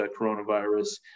coronavirus